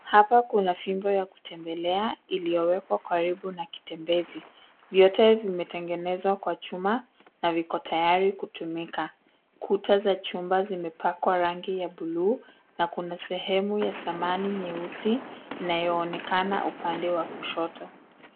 Hapa kuna fimbo ya kutembelea iliyowekwa karibu na kitembezi. Vyote vimetengenezwa kwa chuma, na viko tayari kutumika. Kuta za chumba zimepakwa rangi ya bluu, na kuna sehemu ya samani nyeusi, inayoonekana upande wa kushoto.